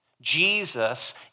Jesus